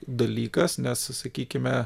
dalykas nes sakykime